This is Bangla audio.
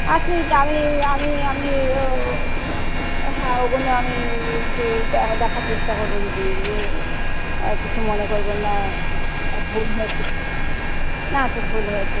আচ্ছা দিদি আমি আমি আমি ও হ্যাঁ ওগুলো আমি একটু দেখা দেখার চেষ্টা করবো দিদি ইও আর কিছু মনে করবেন না ভুল হয়েছে না আচ্ছা ভুল হয়েছে